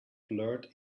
blurred